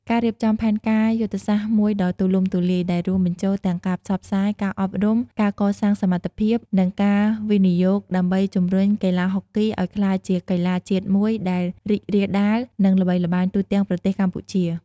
ការរៀបចំផែនការយុទ្ធសាស្ត្រមួយដ៏ទូលំទូលាយ ដែលរួមបញ្ចូលទាំងការផ្សព្វផ្សាយ ការអប់រំ ការកសាងសមត្ថភាព និងការវិនិយោគ ដើម្បីជំរុញកីឡាហុកគីឱ្យក្លាយជាកីឡាជាតិមួយដែលរីករាលដាល និងល្បីល្បាញទូទាំងប្រទេសកម្ពុជា។